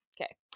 Okay